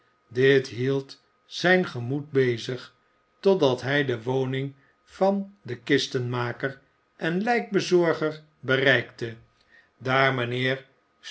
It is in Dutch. dit hield zijn gemoed bezig totdat hij de woning van den kistenmaker en lijkbezorger bereikte daar mijnheer